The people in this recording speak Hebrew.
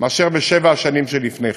מאשר בשבע השנים שלפני כן,